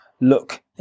look